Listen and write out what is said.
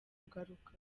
kugaruka